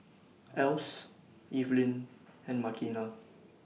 Else Evelyn and Makena